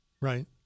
Right